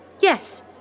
Yes